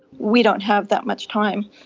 we don't have that much time.